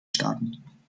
staaten